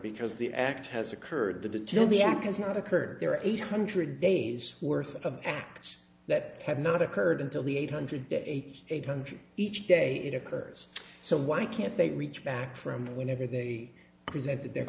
because the act has occurred the detail of the amp has not occurred there are eight hundred days worth of acts that have not occurred until the eight hundred eighty eight hundred each day it occurs so why can't they reach back from whenever they present their